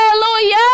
Hallelujah